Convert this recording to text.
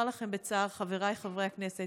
אומר לכם בצער, חבריי חברי הכנסת,